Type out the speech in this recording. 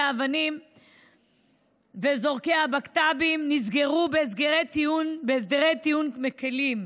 האבנים וזורקי הבקת"בים נסגרו בהסדרי טיעון מקילים,